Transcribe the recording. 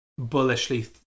bullishly